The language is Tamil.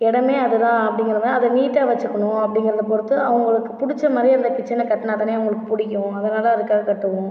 இடமே அதுதான் அப்படிங்குறவ அதை நீட்டாக வச்சுக்கணும் அப்படிங்கிறத பொருத்து அவங்களுக்கு புடிச்ச மாதிரி அந்த கிச்சன்ன கட்டுனால் தானே அவங்களுக்கு பிடிக்கும் அதனால அதுக்காக கட்டுவோம்